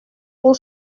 pour